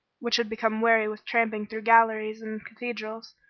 which had become weary with tramping through galleries and cathedrals.